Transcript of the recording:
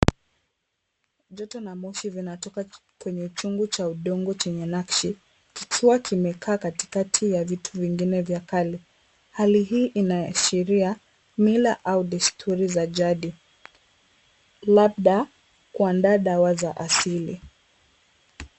Joto na Moshi vinatoka kwenye chungu cha moshi cha udongo chenye nakshi, kikiwa kimekaa katikati ya vitu vingine vya kale. Hali hii inaashiria Mila au desturi za jadi labda kuandaa dawa za asili.